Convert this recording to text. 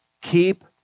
keep